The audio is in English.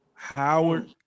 Howard